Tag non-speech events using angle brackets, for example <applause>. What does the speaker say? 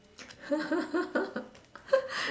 <laughs>